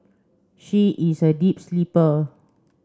she is a deep sleeper